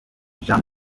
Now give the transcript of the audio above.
jean